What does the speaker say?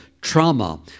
trauma